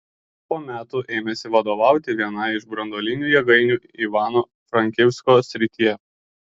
po metų ėmėsi vadovauti vienai iš branduolinių jėgainių ivano frankivsko srityje